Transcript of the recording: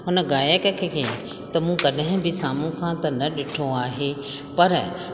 हुन गाइक खे कंहिं त मूं कॾहिं बि साम्हूं खां न ॾिठो आहे पर